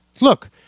look